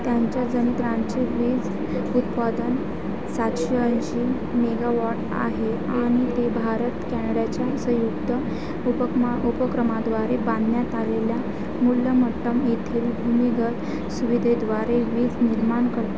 त्यांच्या जनित्रांचे वीज उत्पादन सातशे ऐंशी मेगावॉट आहे आणि ते भारत कॅनड्याच्या संयुक्त उपक्मा उपक्रमाद्वारे बांधण्यात आलेल्या मूलमट्टम येथील भूमिगत सुविधेद्वारे वीज निर्माण करतात